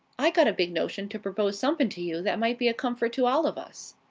i got a big notion to propose somepin' to you that might be a comfort to all of us.